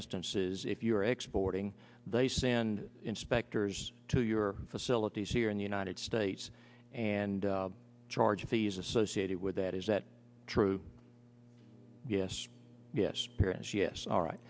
instances if you are exporting they send inspectors to your facilities here in the united states and charge fees associated with that is that true yes yes yes yes all right